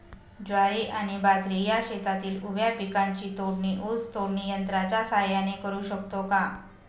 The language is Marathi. ज्वारी आणि बाजरी या शेतातील उभ्या पिकांची तोडणी ऊस तोडणी यंत्राच्या सहाय्याने करु शकतो का?